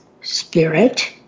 spirit